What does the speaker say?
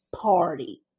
Party